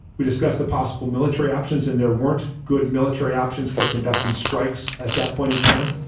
we discussed the possible military options and there weren't good military options for conducting strikes at that point in time.